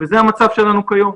וזה המצב שלנו כיום.